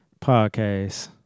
podcast